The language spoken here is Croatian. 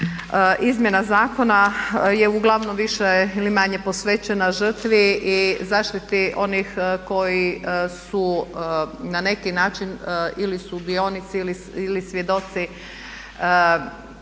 izmjena zakona je uglavnom više ili manje posvećena žrtvi i zaštiti onih koji su na neki način ili sudionici ili svjedoci zlostavljanja.